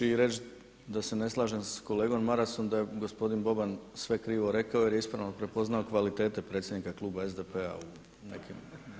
I reći da se ne slažem sa kolegom Marasom da je gospodin Boban sve krivo rekao jer je ispravno prepoznao kvalitete predsjednika Kluba SDP-a u nekim.